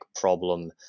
problem